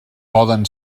poden